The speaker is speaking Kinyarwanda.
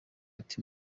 ati